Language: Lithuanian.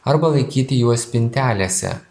arba laikyti juos spintelėse